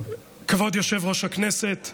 כבוד יושב-ראש הכנסת,